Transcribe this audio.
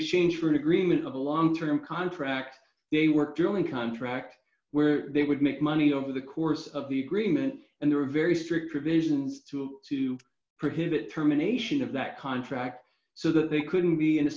exchange for an agreement of a long term contract a work german contract where they would make money over the course of the agreement and there are very strict provisions to to prohibit terminations of that contract so that they couldn't be in a